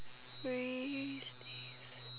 free